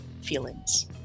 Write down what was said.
feelings